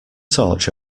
torch